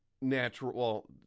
natural